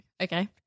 Okay